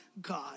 God